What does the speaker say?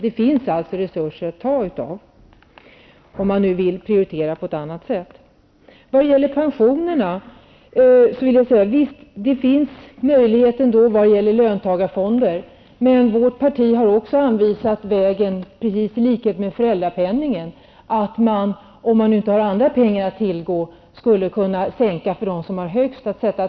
Det finns således resurser att ta av om man vill prioritera på ett annat sätt. Det finns möjligheter att finansiera pensioner via löntagarfonder. Vårt parti har anvisat samma väg som man har använt beträffande föräldrapenningen. Om det inte finns andra pengar att tillgå skulle man kunna sänka pensionerna för dem som har den högsta pensionen.